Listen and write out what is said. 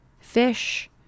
fish